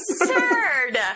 absurd